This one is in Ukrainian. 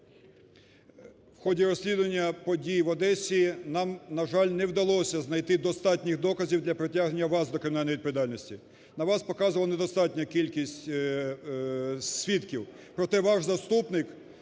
в ході розслідування подій в Одесі нам, на жаль, не вдалося знайти достатніх доказів до притягнення вас до кримінальної відповідальності. На вас показувала недостатня кількість свідків, проте ваш заступник